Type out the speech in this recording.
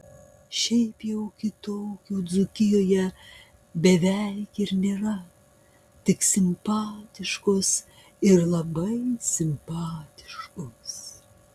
šiaip jau kitokių dzūkijoje beveik ir nėra tik simpatiškos ir labai simpatiškos